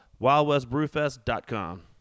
WildWestBrewFest.com